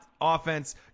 offense